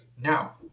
Now